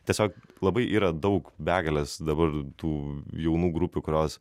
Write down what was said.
tiesiog labai yra daug begalės dabar tų jaunų grupių kurios